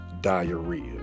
diarrhea